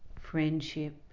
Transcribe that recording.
friendship